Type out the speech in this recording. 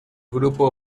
grupo